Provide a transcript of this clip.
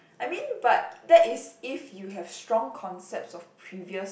I mean but that is if you have strong concepts of previous